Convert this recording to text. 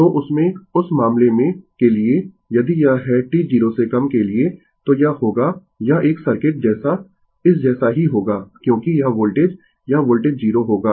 तो उसमें उस मामले में के लिए यदि यह है t 0 से कम के लिए तो यह होगा यह एक सर्किट जैसा इस जैसा ही होगा क्योंकि यह वोल्टेज यह वोल्टेज 0 होगा